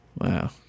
Wow